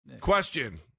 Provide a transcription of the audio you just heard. Question